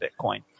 Bitcoin